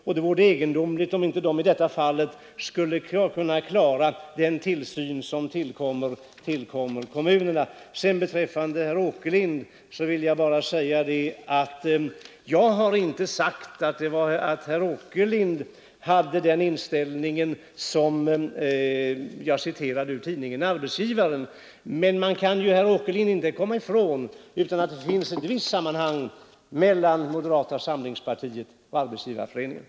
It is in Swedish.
Då vore det egendomligt om de inte skulle kunna klara den tillsyn som ankommer på dem. Till herr Åkerlind vill jag bara säga att jag inte har sagt att herr Åkerlind kan göras ansvarig för den inställning i tidningen Arbetsgivaren, som jag refererade. Men man kan, herr Åkerlind, inte komma ifrån att det finns ett visst samband mellan moderata samlingspartiet och Arbetsgivareföreningen.